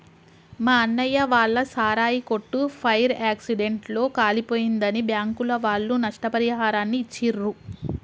మా అన్నయ్య వాళ్ళ సారాయి కొట్టు ఫైర్ యాక్సిడెంట్ లో కాలిపోయిందని బ్యాంకుల వాళ్ళు నష్టపరిహారాన్ని ఇచ్చిర్రు